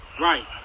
right